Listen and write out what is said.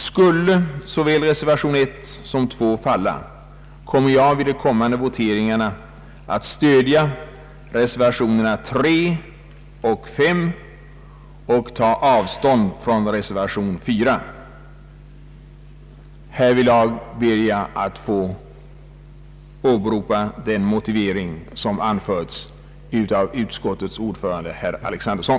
Skulle såväl reservation 1 som 2 avslås, ämnar jag vid de kommande voteringarna stödja reservationerna 3 och 5 och ta avstånd från reservation 4. Härvidlag ber jag att få åberopa den motivering som anförts av utskottets ordförande, herr Alexanderson.